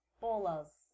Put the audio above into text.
bolas